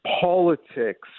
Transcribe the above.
politics